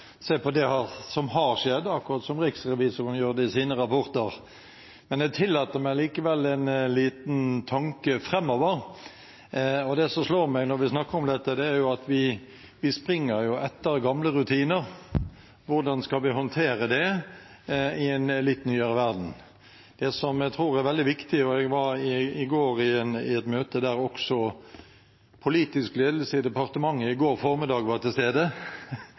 se på det som har skjedd, akkurat som Riksrevisoren gjør det i sine rapporter. Jeg tillater meg likevel en liten tanke: Det som slår meg når vi snakker om dette, er at vi springer jo etter gamle rutiner. Hvordan skal vi håndtere det i en litt nyere verden? Det jeg tror er veldig viktig nå – og jeg var i går formiddag i et møte der også politisk ledelse i departementet var til stede